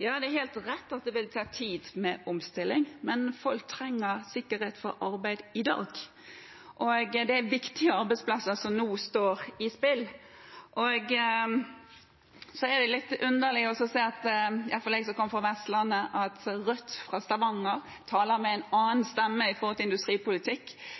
Ja, det er helt rett at det vil ta tid med omstilling, men folk trenger sikkerhet for arbeid i dag. Og det er viktige arbeidsplasser som nå er i spill. Så er det litt underlig å se, iallfall for meg som kommer fra Vestlandet, at Rødt fra Stavanger taler med én stemme i industripolitikken, mens Rødt i Oslo kanskje har en annen